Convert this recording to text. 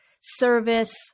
service